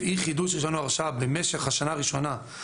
אי חידוש רישיון או הרשאה במשך השנה הראשונה,